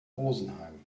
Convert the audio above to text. rosenheim